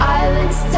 islands